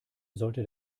sollte